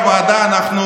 נכון?